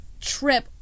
trip